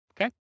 Okay